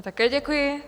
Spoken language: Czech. Také děkuji.